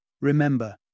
Remember